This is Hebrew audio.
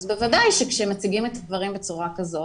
אז בוודאי שכשמציגים את הדברים בצורה כזאת